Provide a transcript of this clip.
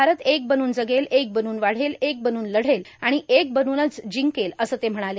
भारत एक बनून जगेल एक बनून वाढेल एक बनून लढेल आणि एक बनूनच जिंकेल असं ते म्हणाले